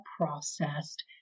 processed